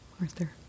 Arthur